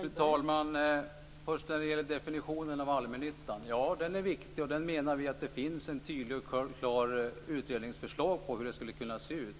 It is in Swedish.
Fru talman! Först när det gäller definitionen av allmännyttan. Den är viktig, och det finns ett tydligt och klart utredningsförslag på hur den skulle kunna se ut.